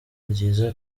ryiza